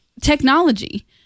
technology